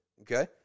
okay